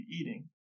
eating